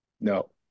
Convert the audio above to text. no